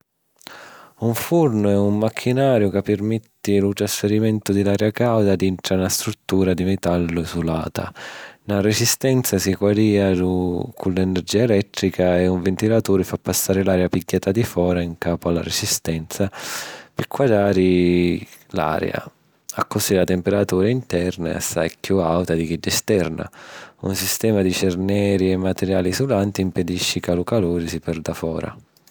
Un furnu è un machinariu ca pirmetti lu trasfirimentu di l’aria càuda dintra na struttura di metallu isulata. Na resistenza si quadìa cu l’energìa elèttrica e un ventilaturi fa passari l’aria pigghiata di fora 'ncapu a la resistenza pi quadiari l’aria, accussì la temperatura 'nterna è assai chiù àuta di chidda esterna. Un sistema di cerneri e materiali isulanti impedisci ca lu caluri si perda fora.